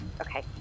Okay